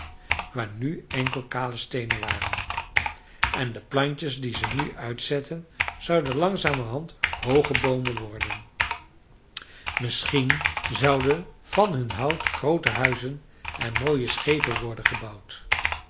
waar nu enkel kale steenen waren en de plantjes die ze nu uitzetten zouden langzamerhand hooge boomen worden misschien zouden van hun hout groote huizen en mooie schepen worden gebouwd